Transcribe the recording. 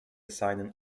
seinen